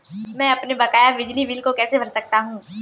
मैं अपने बकाया बिजली बिल को कैसे भर सकता हूँ?